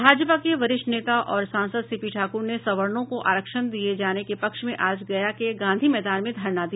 भाजपा के वरिष्ठ नेता और सांसद सी पी ठाकुर ने सवर्णों को आरक्षण दिये जाने के पक्ष में आज गया के गांधी मैदान में धरना दिया